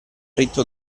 ritto